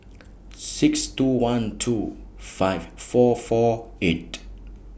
six two one two five four four eight